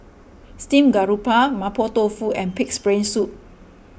Steamed Garoupa Mapo Tofu and Pig's Brain Soup